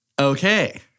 Okay